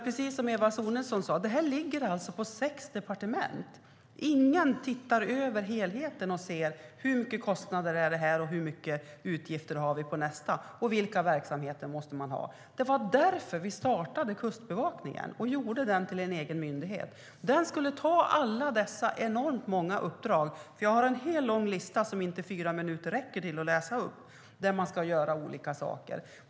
Precis som Eva Sonidsson sade ligger det här på sex olika departement. Ingen tittar på helheten för att kunna se: Hur mycket kostnader är det? Hur mycket utgifter har vi? Vilka verksamheter måste vi ha? Det var därför man startade Kustbevakningen och gjorde den till egen myndighet. Den skulle ta alla dessa enormt många uppdrag. Jag har en lång lista på uppdrag som fyra minuter inte räcker till att läsa upp.